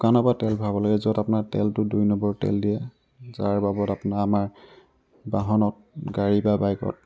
দোকানৰ পৰা তেল ভৰাব লাগে য'ত আপোনাৰ তেলটো দুই নম্বৰ তেল দিয়ে যাৰ বাবদ আপোনাৰ আমাৰ বাহনত গাড়ী বা বাইকত